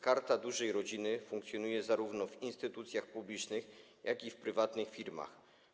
Karta Dużej Rodziny funkcjonuje zarówno w instytucjach publicznych, jak i w prywatnych firmach.